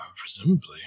presumably